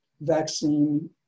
vaccine